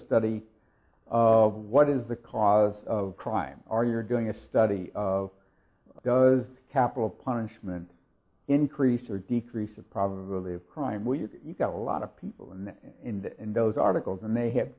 study of what is the cause of crime or you're doing a study of does capital punishment increase or decrease of probability of crime where you've got a lot of people and in those articles and they had